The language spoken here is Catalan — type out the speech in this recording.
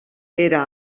era